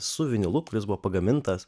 su vinilu kuris buvo pagamintas